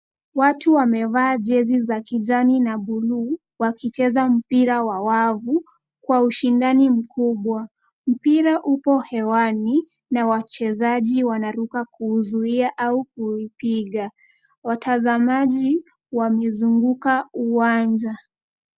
Watu wamevaa jezi za kijani na buluu, wakicheza mpira wa wavu kwa ushindani mkubwa. Mpira upo hewani na wachezaji wanaruka kuizuia au kuipiga. Watazamaji wamezunguka uwanja.